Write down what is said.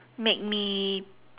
make me